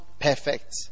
perfect